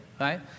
right